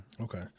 Okay